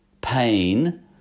pain